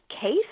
case